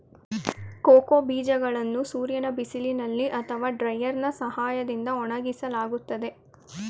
cocoa ಬೀಜಗಳನ್ನು ಸೂರ್ಯನ ಬಿಸಿಲಿನಲ್ಲಿ ಅಥವಾ ಡ್ರೈಯರ್ನಾ ಸಹಾಯದಿಂದ ಒಣಗಿಸಲಾಗುತ್ತದೆ